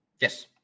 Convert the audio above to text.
Yes